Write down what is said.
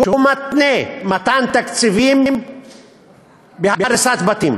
שהוא מתנה מתן תקציבים בהריסת בתים.